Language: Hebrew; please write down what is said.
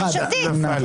1,224 מי בעד?